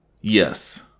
Yes